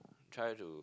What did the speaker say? try to